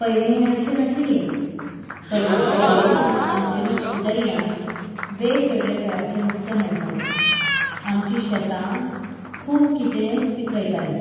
पयलें हें अशें नाशिल्लें पयलीं पयलें आमचे दर्यांत वेगवेगळे तरांचें नुस्तें मेळटालें आमचीं शेतां खूब कितें पिकयतालें